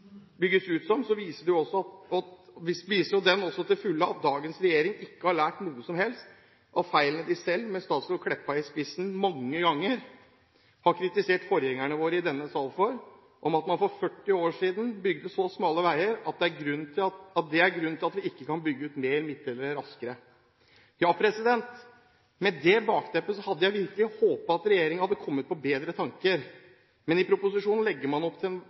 bygges ut som, viser jo det også til fulle at dagens regjering ikke har lært noe som helst av feilene de selv, med statsråd Meltveit Kleppa i spissen, mange ganger har kritisert forgjengerne våre for i denne sal: Man bygde for 40 år siden så smale veier at det er grunnen til at vi ikke kan bygge ut mer midtdelere raskere. Med dette som bakteppet hadde jeg virkelig håpet at regjeringen hadde kommet på bedre tanker, men i proposisjonen legger man opp til en